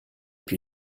più